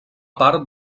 part